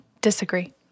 disagree